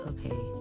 Okay